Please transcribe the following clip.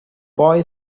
boy